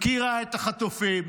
הפקירה את החטופים.